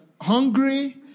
hungry